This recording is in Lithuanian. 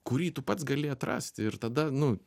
kurį tu pats gali atrast ir tada nu